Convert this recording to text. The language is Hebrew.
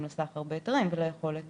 גם לסחר בהיתרים וליכולת